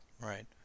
Right